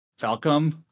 Falcom